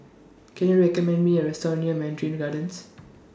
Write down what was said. Can YOU recommend Me A Restaurant near Mandarin Gardens